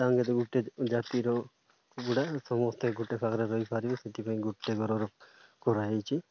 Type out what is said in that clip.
ସାଙ୍ଗରେ ଗୋଟେ ଜାତିର ଗୁଡ଼ା ସମସ୍ତେ ଗୋଟେ କାଗରେ ରହିପାରିବ ସେଥିପାଇଁ ଗୋଟେ ଘରର କରାହେଇଛି